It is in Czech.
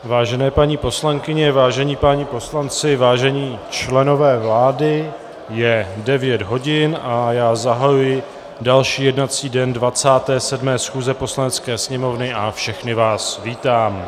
Vážené paní poslankyně, vážení páni poslanci, vážení členové vlády, je devět hodin a já zahajuji další jednací den 27. schůze Poslanecké sněmovny a všechny vás vítám.